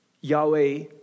Yahweh